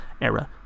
Era